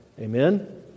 Amen